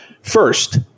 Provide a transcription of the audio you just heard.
First